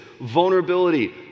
vulnerability